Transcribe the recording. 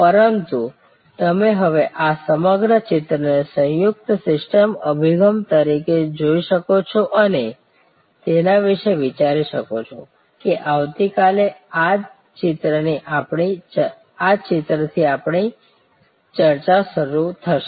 પરંતુ તમે હવે આ સમગ્ર ચિત્રને સંયુક્ત સિસ્ટમ અભિગમ તરીકે જોઈ શકો છો અને તેના વિશે વિચારી શકો છો કે આવતીકાલે આ જ ચિત્રની આપણી ચર્ચા શરૂ થશે